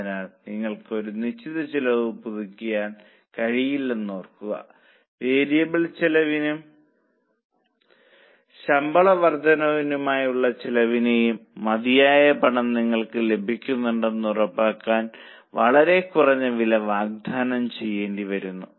അതിനാൽ നിങ്ങൾക്ക് ഒരു നിശ്ചിത ചെലവും പൂർത്തിയാക്കാൻ കഴിയില്ലെന്ന് ഓർക്കുക വേരിയബിൾ ചെലവിനും ശമ്പള വർധനവിനായി ഉള്ള ചെലവിനും മതിയായ പണം നിങ്ങൾക്ക് ലഭിക്കുന്നുണ്ടെന്ന് ഉറപ്പാക്കാൻ വളരെ കുറഞ്ഞ വില വാഗ്ദാനം ചെയ്യേണ്ടിവരുന്നു